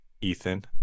Ethan